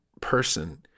person